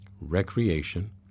recreation